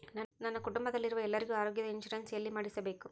ನನ್ನ ಕುಟುಂಬದಲ್ಲಿರುವ ಎಲ್ಲರಿಗೂ ಆರೋಗ್ಯದ ಇನ್ಶೂರೆನ್ಸ್ ಎಲ್ಲಿ ಮಾಡಿಸಬೇಕು?